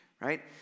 right